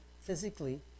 physically